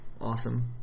awesome